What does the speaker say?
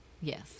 yes